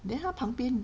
then 它旁边